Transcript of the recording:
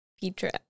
Petra